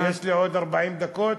יש לי עוד 40 דקות.